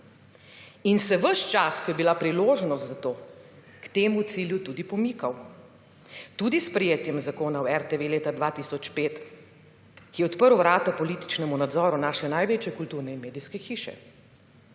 se je ves čas, ko je bila priložnost za to, k temu cilju tudi pomikal. Tudi s sprejetjem Zakona o RTV leta 2005, ki je odprl vrata političnemu nadzoru naše največje kulturne in medijske hiše.